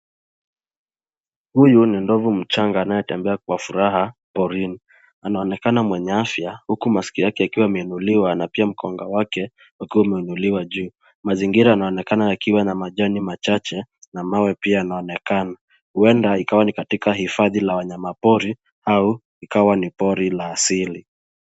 Huyu ni nduvu mchanga anayetembea kwa furaha porini. Anaonekana mwenye afya huku masikio yake yakiwa yameinuliwa na pia mkonga wake ukiwa umeinuliwa juu. Mazingira yanaonekana yakiwa na majani machache na mawe pia yanaonekana. Huenda ikawa ni katika hifadhi ya wanyamapori au ikawa ni pori la asili.